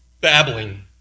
babbling